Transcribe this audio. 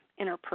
interpersonal